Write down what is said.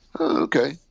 Okay